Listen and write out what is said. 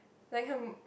like her